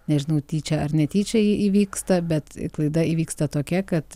nežinau tyčia ar netyčia ji įvyksta bet klaida įvyksta tokia kad